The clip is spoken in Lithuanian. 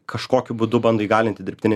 kažkokiu būdu bando įgalinti dirbtinį